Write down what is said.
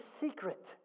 secret